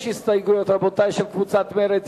יש הסתייגויות, רבותי, של קבוצת מרצ.